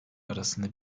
arasında